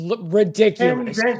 ridiculous